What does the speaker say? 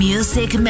Music